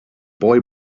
boy